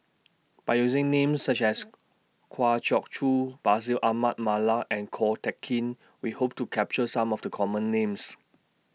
By using Names such as Kwa Geok Choo Bashir Ahmad Mallal and Ko Teck Kin We Hope to capture Some of The Common Names